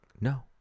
No